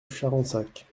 charensac